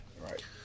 Right